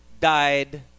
died